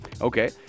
Okay